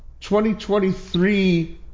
2023